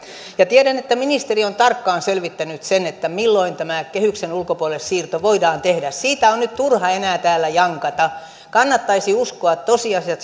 tiedän että ministeri on tarkkaan selvittänyt sen milloin tämä kehyksen ulkopuolelle siirto voidaan tehdä siitä on nyt turha enää täällä jankata kannattaisi uskoa tosiasiat